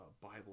Bible